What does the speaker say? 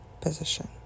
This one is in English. position